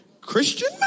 Christian